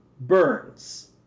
Burn's